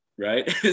Right